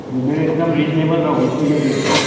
यो मेरो एकदम रिजनेबल र होलसेलर रेट हो